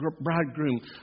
bridegroom